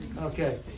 Okay